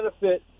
benefit